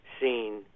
seen